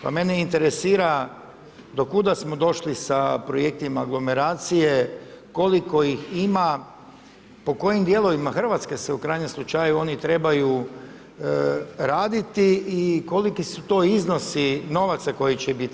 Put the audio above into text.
Pa mene interesira do kuda smo došli sa projektima aglomeracije, koliko ih ima, po kojim dijelovima Hrvatske se u krajnjem slučaju oni trebaju raditi i koliki su to iznosi novaca koji će biti.